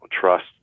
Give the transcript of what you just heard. trust